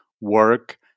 work